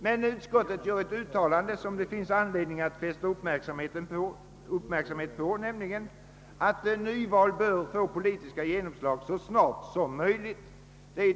Men ut skottet gör ett uttalande som det finns anledning att fästa uppmärksamheten på, nämligen att nyval bör få genomslag så snart som möjligt.